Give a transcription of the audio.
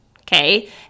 okay